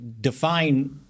Define